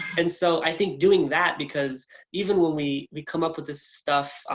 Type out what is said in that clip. and so i think doing that, because even when we we come up with this stuff,